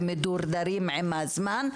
ומדורדרים עם הזמן,